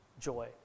joy